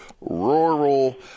rural